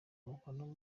umukono